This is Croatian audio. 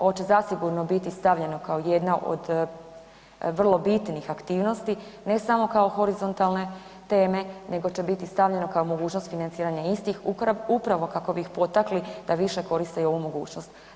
Ovo će zasigurno biti stavljeno kao jedna od vrlo bitnih aktivnosti, ne samo kao horizontalne teme nego će biti stavljeno kao mogućnost financiranja istih upravo kako bi ih potakli da više koriste i ovu mogućnost.